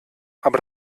aber